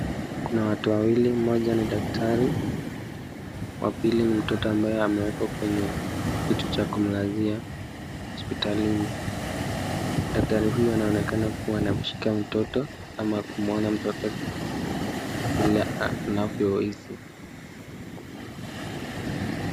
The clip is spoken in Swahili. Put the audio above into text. Kuna watu wawili, mmoja ni daktari wapili ni mtoto ambaye ameekwa kwenye kitu cha kumlazia hospitalini. Daktari huyu anaonekana kuwa anamshika mtoto ama kumwona mtoto vile anavyohisi.